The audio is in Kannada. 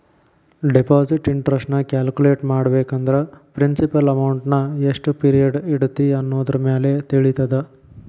ಡೆಪಾಸಿಟ್ ಇಂಟರೆಸ್ಟ್ ನ ಕ್ಯಾಲ್ಕುಲೆಟ್ ಮಾಡ್ಬೇಕಂದ್ರ ಪ್ರಿನ್ಸಿಪಲ್ ಅಮೌಂಟ್ನಾ ಎಷ್ಟ್ ಪಿರಿಯಡ್ ಇಡತಿ ಅನ್ನೋದರಮ್ಯಾಲೆ ತಿಳಿತದ